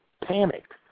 panicked